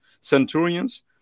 Centurions